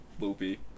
loopy